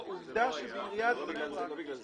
לא בגלל זה.